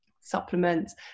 supplements